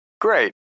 Great